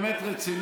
זה באמת רציני?